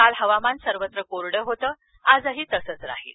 काल हवामान सर्वत्र कोरड होतं आजही तसंच राहील